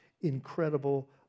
incredible